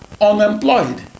unemployed